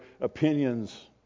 opinions